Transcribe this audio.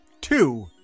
Two